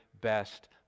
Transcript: best